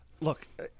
Look